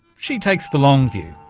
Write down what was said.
she takes the long view.